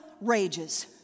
rages